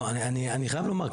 לא, אני חייב לומר.